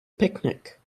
picnic